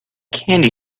candy